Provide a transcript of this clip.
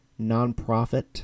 nonprofit